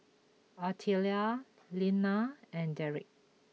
Artelia Leanna and Derik